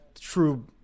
true